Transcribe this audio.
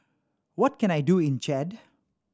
what can I do in Chad